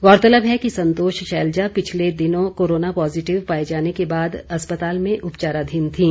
गौरतलब है कि संतोष शैलजा पिछले दिनों कोरोना पॉजिटिव पाए जाने के बाद अस्पताल में उपचाराधीन थीं